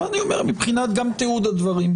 אבל גם מבחינת תיעוד הדברים,